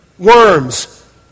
Worms